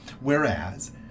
Whereas